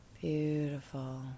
Beautiful